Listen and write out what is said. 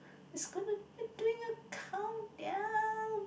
it's gonna a countdown